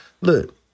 Look